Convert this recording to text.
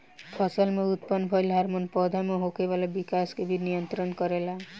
फसल में उत्पन्न भइल हार्मोन पौधा में होखे वाला विकाश के भी नियंत्रित करेला